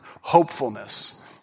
hopefulness